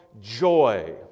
joy